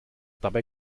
dabei